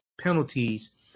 penalties